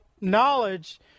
knowledge